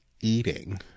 eating